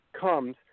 comes